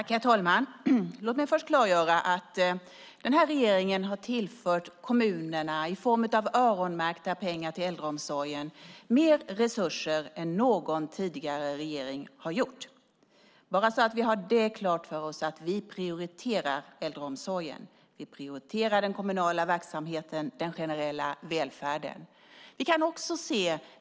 Herr talman! Låt mig först klargöra att den här regeringen har tillfört kommunerna mer resurser till äldreomsorgen i form av öronmärkta pengar än någon tidigare regering har gjort, bara så att vi har klart för oss att vi prioriterar äldreomsorgen. Vi prioriterar den kommunala verksamheten och den generella välfärden.